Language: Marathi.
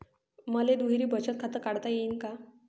मले दुहेरी बचत खातं काढता येईन का?